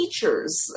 teachers